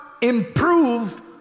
improve